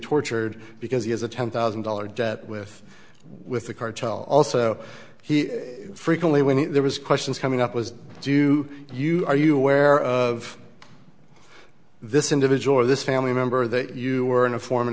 tortured because he has a ten thousand dollar debt with with the cartel also he frequently when he there was questions coming up was do you are you aware of this individual or this family member that you were an inform